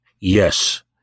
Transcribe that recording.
yes